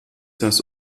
das